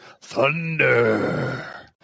Thunder